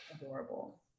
Adorable